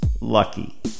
lucky